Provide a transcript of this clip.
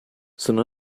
sono